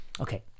Okay